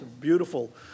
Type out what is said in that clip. beautiful